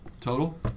total